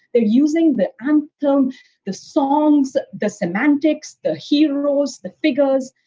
they're using the anthem, the songs, the semantics, the heroes, the figures.